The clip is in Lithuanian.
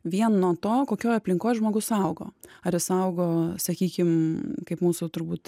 vien nuo to kokioj aplinkoj žmogus augo ar jis augo sakykim kaip mūsų turbūt